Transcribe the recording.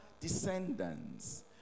descendants